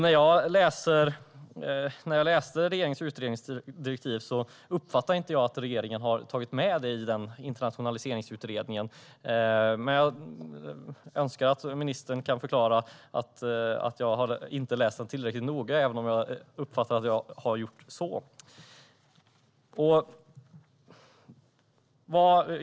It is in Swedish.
När jag läser regeringens utredningsdirektiv uppfattar jag inte att regeringen har tagit med detta i internationaliseringsutredningen. Jag önskar att ministern kan förklara att jag inte har läst den tillräckligt noga, även om jag uppfattar att jag har gjort så.